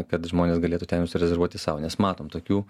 kad žmonės galėtų ten užsirezervuoti sau nes matom tokių